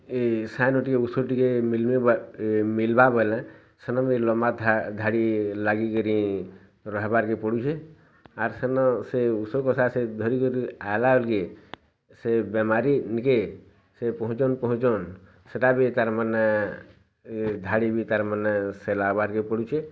ଏଇ ସାନ୍ ଟିକେ ଔଷଦ ଟିକେ ମିଲ୍ବେ ମିଲ୍ବା ବୋଲେ ସେମାନେ ଏ ଲମ୍ୱା ଧାଡ଼ି ଲାଗି କିରି ରହିବାର୍ କେ ପଡ଼ୁଛି ଆର୍ ସେନ ସେ କଷା ଧରି କିରି ଆଇଲା ବୋଲି କି ସେ ବେମାରୀ ନିକେ ସେ ପହୁଁଞ୍ଚନ୍ ପହୁଁଞ୍ଚନ୍ ସେଇଟା ବି ତା'ର ମାନେ ଧାଡ଼ି ବି ତା'ରମାନେ ସେ ଲା ବାହାରି କି ପଡ଼ୁଛି